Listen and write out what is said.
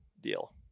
deal